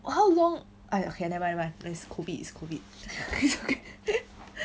how long !aiyo! okay never mind never mind is COVID is COVID